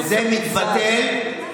וזה מתבטל,